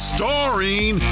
Starring